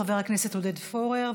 חבר הכנסת עודד פורר,